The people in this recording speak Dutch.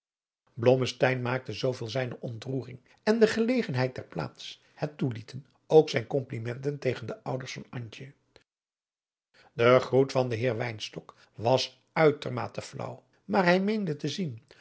maakte zooveel zijne ontroering en de gelegenheid der plaats het toelieten ook zijn kompliment tegen de ouders van antje de groet van den heer wynstok was uitermate flaauw maar hij meende te zien